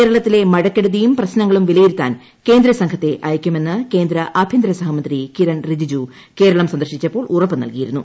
കേരളത്തിലെ മഴക്കെടുതിയും പ്രശ്നങ്ങളും് വിലയിരുത്താൻ കേന്ദ്രസംഘത്തെ അയയ്ക്കുമെന്ന് ക്കേന്ദ് ആഭ്യന്തര സഹമന്ത്രി കിരൺ റിജിജു കേരളം സന്ദർശിച്ചപ്പോൾ ഉപ്പ് നൽകിയിരുന്നു